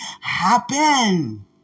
happen